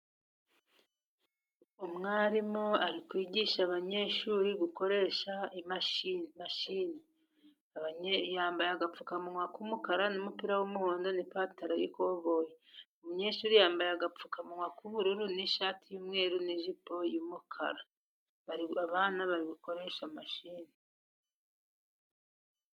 Umwarimu ari kwigisha abanyeshuri gukoresha mashini. Yambaye agapfukamunwa k'umukara, n'umupira w'umuhondo, n'ipantaro y'ikoboyi. Umunyeshuri yambaye agapfukamunwa k'ubururu, n'ishati y'umweru, n'ijipo y'umukara. Abana bari gukoresha mashini.